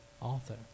author